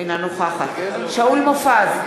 אינה נוכחת שאול מופז,